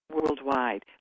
worldwide